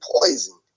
poison